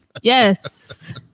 Yes